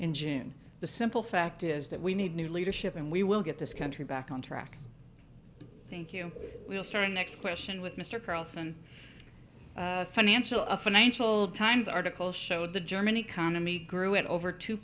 in june the simple fact is that we need new leadership and we will get this country back on track thank you we'll starting next question with mr carlson financial a financial times article showed the german economy grew at over t